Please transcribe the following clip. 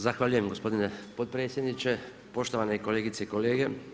Zahvaljujem gospodine potpredsjedniče, poštovane kolegice i kolege.